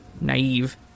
naive